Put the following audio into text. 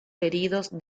heridos